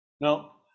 Now